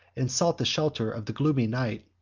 and sought the shelter of the gloomy night,